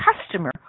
customer